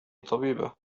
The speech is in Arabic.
طبيبة